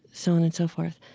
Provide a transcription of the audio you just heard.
so on and so forth.